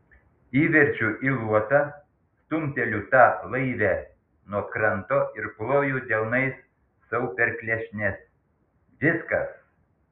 įverčiu į luotą stumteliu tą laivę nuo kranto ir ploju delnais sau per klešnes viskas